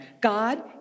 God